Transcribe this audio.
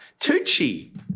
Tucci